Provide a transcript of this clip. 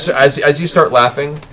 so as as you start laughing,